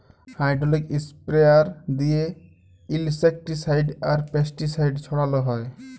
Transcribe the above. hydraulic sprayer দিঁয়ে insecticide আর pesticide ছড়াল হ্যয়